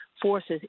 forces